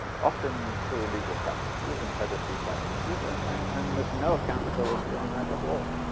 often through illegal practices and predatory practices, and and and there's no accountability on that at all.